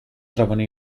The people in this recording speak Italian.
trovano